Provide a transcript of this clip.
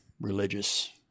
religious